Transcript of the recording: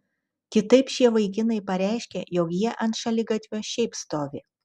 kitaip šie vaikinai pareiškia jog jie ant šaligatvio šiaip stovi